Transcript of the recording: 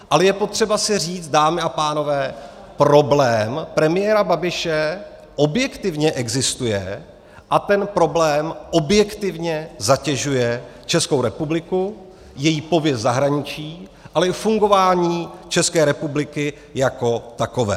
Ale je potřeba si říct, dámy a pánové, problém Andreje Babiše objektivně existuje a ten problém objektivně zatěžuje Českou republiku, její pověst v zahraničí, ale i fungování České republiky jako takové.